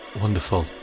Wonderful